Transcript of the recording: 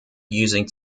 using